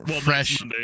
fresh